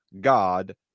God